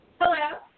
Hello